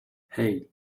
hey